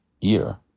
year